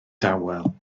dawel